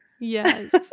Yes